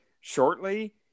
shortly